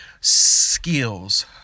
skills